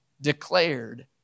declared